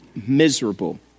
miserable